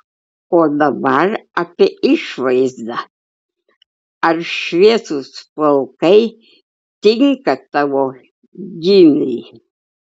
o dabar apie išvaizdą ar šviesūs plaukai tinka tavo gymiui